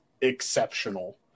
exceptional